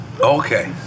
Okay